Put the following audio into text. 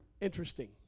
interesting